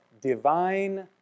divine